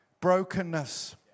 brokenness